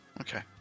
Okay